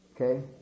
Okay